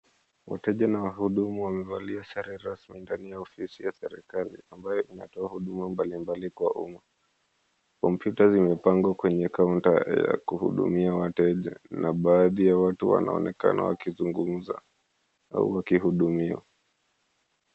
Wateja na wahudumu wamevalia sare rasmi ndani ya ofisi ya serikali ambayo inatoa huduma mbalimbali kwa umma kompyuta zimepamgwa kwenye kaunta ya kuhudumia wateja na baadhi ya watu wanonekana wakizungumza au wakuhudumiwa